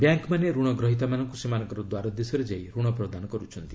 ବ୍ୟାଙ୍କ୍ମାନେ ଋଣ ଗ୍ରହିତାମାନଙ୍କୁ ସେମାନଙ୍କର ଦ୍ୱାରଦେଶରେ ଯାଇ ଋଣ ପ୍ରଦାନ କରୁଛନ୍ତି